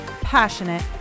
passionate